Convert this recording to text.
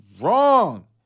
wrong